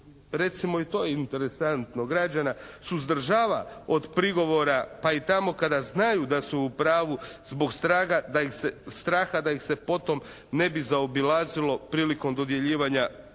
recimo i to je interesantno, građana suzdržava od prigovora pa i tamo kada znaju da su u pravu zbog straha da ih se potom ne bi zaobilazilo prilikom dodjeljivanja poslova.